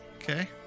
Okay